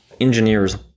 engineers